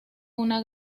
una